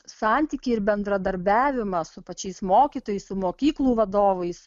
santykį ir bendradarbiavimą su pačiais mokytojais su mokyklų vadovais